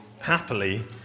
happily